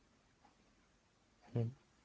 mm